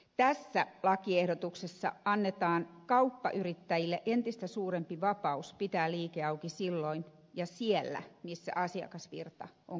tässä lakiehdotuksessa annetaan kauppayrittäjille entistä suurempi vapaus pitää liike auki silloin ja siellä missä asiakasvirta on kannattavin